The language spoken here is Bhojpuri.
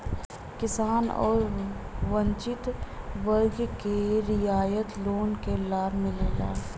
किसान आउर वंचित वर्ग क रियायत लोन क लाभ मिलला